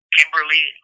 Kimberly